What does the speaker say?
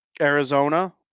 Arizona